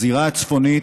הזירה הצפונית,